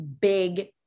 big